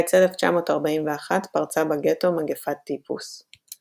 בקיץ 1941 פרצה בגטו מגפת טיפוס.